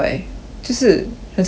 就是很像